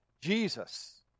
Jesus